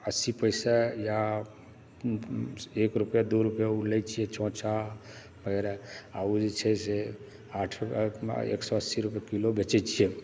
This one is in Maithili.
अस्सी पैसा या एक रुपैआ दू रुपैआ ओ लए छियै चोंचा आ ओ जे छै से आठ एक सए अस्सी रुपैआ किलो बेचै छियै